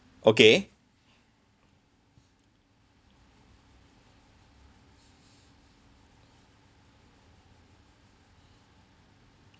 okay